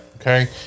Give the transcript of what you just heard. Okay